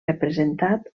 representat